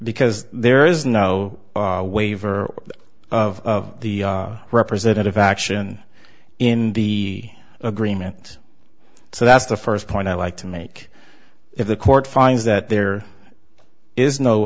because there is no waiver of the representative action in the agreement so that's the first point i like to make if the court finds that there is no